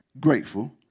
grateful